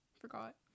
Forgot